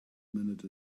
minute